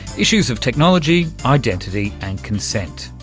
issues of technology, identity and consent.